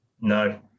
No